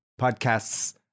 Podcasts